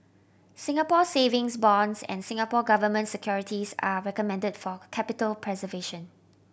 Singapore Savings Bonds and Singapore Government Securities are recommended for capital preservation